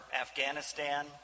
Afghanistan